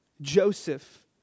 Joseph